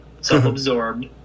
self-absorbed